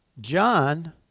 John